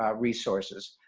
ah resources.